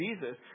Jesus